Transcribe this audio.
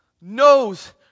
knows